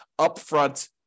upfront